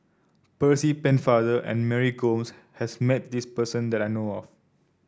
Percy Pennefather and Mary Gomes has met this person that I know of